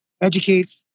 educate